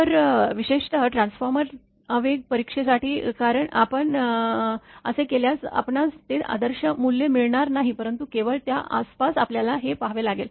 तर विशेषत ट्रान्सफॉर्मर आवेग परीक्षे साठी आपण असे केल्यास आपणास ते आदर्श मूल्य मिळणार नाही परंतु केवळ त्या आसपास आपल्याला हे पहावे लागेल